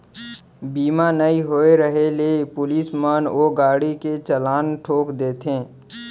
बीमा नइ होय रहें ले पुलिस मन ओ गाड़ी के चलान ठोंक देथे